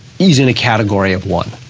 he's in a category of one.